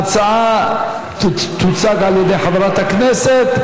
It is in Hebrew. ההצעה תוצג על ידי חברת הכנסת,